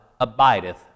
abideth